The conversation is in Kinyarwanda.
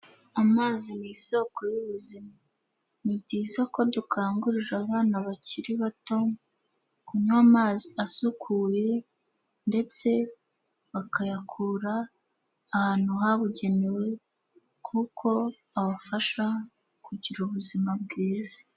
Amazi ni isoko y'ubuzima. Ni byiza ko dukanguririra abana bakiri bato, kunywa amazi asukuye ndetse bakayakura ahantu habugenewe kuko abafasha kugira ubuzima bwiza.